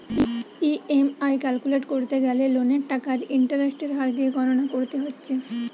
EMI calculate কোরতে গ্যালে লোনের টাকা আর ইন্টারেস্টের হার দিয়ে গণনা কোরতে হচ্ছে